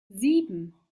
sieben